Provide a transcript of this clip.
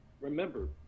Remember